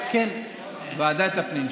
לוועדת הפנים.